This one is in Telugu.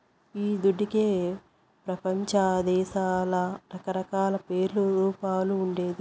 ఈ దుడ్డుకే పెపంచదేశాల్ల రకరకాల పేర్లు, రూపాలు ఉండేది